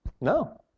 No